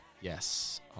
yes